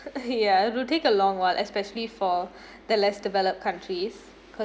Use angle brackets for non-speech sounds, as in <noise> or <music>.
<laughs> yeah will take a long while especially for <breath> the less developed countries cause